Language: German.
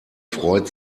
freut